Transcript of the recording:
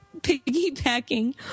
piggybacking